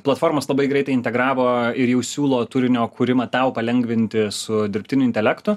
platformos labai greitai integravo ir jau siūlo turinio kūrimą tau palengvinti su dirbtiniu intelektu